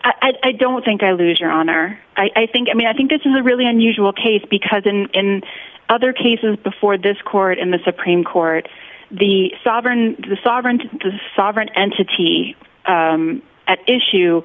i don't think i lose your honor i think i mean i think this is a really unusual case because in other cases before this court in the supreme court the sovereign the sovereign sovereign entity at issue